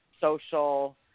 social